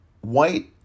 white